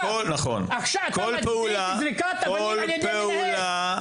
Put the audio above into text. אתה מצדיק זריקת אבנים על ידי מנהל,